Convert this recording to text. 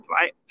right